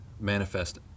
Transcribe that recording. manifest